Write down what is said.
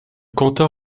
quentin